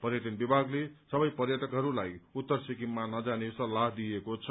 पर्यटन विभागले सबै पर्यटकहस्सित उत्तर सिकिममा नजाने सल्लाह दिएको छ